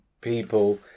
people